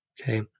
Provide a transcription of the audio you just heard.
Okay